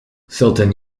sultan